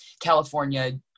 California